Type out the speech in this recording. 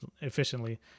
efficiently